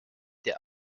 der